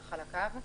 על חלקיו,